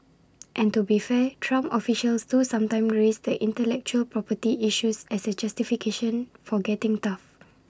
and to be fair Trump officials do sometimes raise the intellectual property issues as A justification for getting tough